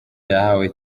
yahawe